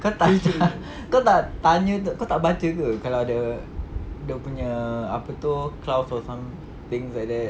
kau tak kau tak tanya baca ke kalau ada dia punya apa tu clause or some things like that